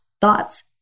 thoughts